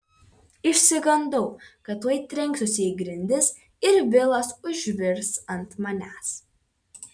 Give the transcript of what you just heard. išsigandau kad tuoj trenksiuosi į grindis ir vilas užvirs ant manęs